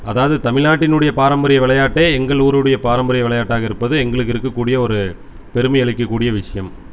அதாவது தமிழ்நாட்டினுடைய பாரம்பரிய விளையாட்டை எங்கள் ஊருடைய பாரம்பரிய விளையாட்டாக இருப்பது எங்களுக்கு இருக்ககூடிய ஒரு பெருமை அளிக்ககூடிய விஷயம்